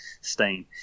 stain